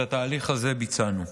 ואת התהליך הזה ביצענו.